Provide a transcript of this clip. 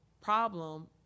problem